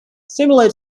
similar